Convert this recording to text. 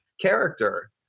character